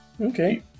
Okay